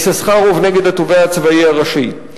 יששכרוב נגד התובע הצבאי הראשי.